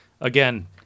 Again